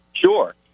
Sure